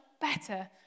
better